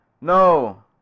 no